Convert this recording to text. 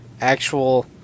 actual